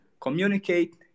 communicate